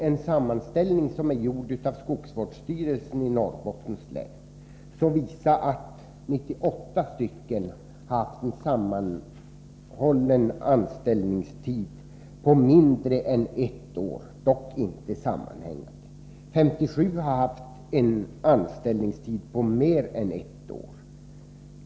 En sammanställning som gjorts av skogsvårdsstyrelsen i Norrbottens län visar att 98 av beredskapsarbetarna haft en total anställningstid på mindre än 1 år, dock inte sammanhängande. 57 har haft en anställningstid på mer än 1 år.